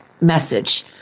message